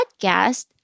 podcast